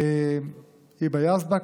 היבה יזבק,